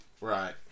right